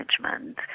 management